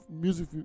music